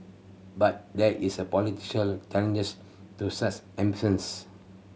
but there is a political challenges to such ambitions